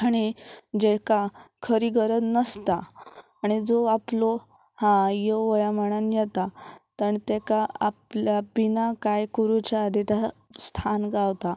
आनी जेका खरी गरज नसता आनी जो आपलो हा यो वया म्हणान येता काण तेका आपल्या बिना कांय करुच्या आदी तसा स्थान गावता